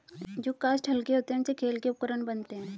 जो काष्ठ हल्के होते हैं, उनसे खेल के उपकरण बनते हैं